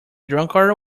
drunkard